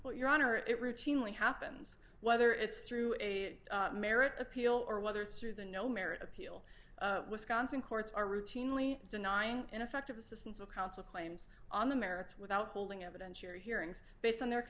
what your honor it routinely happens whether it's through a merit appeal or whether it's through the no merit appeal wisconsin courts are routinely denying ineffective assistance of counsel claims on the merits without holding evidentiary hearings based on their